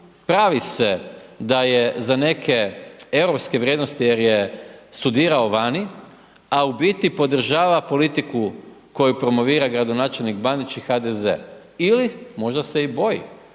pravi se da je za neke europske vrijednosti jer je studirao vani, a u biti podržava politiku koju promovira gradonačelnik Bandić i HDZ. Ili možda se i boji,